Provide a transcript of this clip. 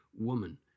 woman